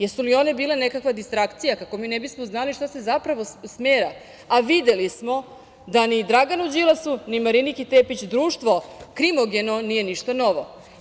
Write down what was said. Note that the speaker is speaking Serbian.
Jesu li one bile nekakva distrakcija kako mi ne bismo znali šta se zapravo smera, a videli smo da ni Draganu Đilasu, ni Mariniki Tepić društvo krimogeno nije ništa novo.